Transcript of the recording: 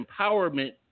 empowerment